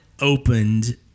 opened